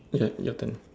your your turn